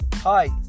Hi